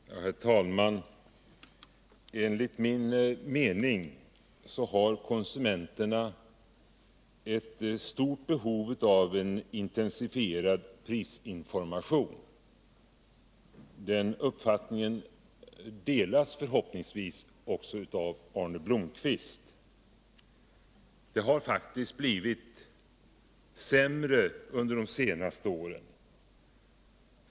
Herr talman! Enligt min mening har konsumenterna ett stort behov av en intensifierud prisinformation. Den uppfattningen delas förhoppningsvis också av Arne Blomkvist. Det har faktiskt blivit sämre under de senaste åren.